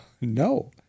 no